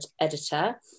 editor